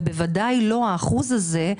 ובוודאי לא האחוז הזה.